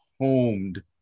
homed